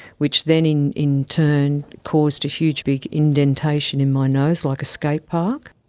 which then in in turn caused a huge big indentation in my nose like a skate park.